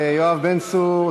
יואב בן צור,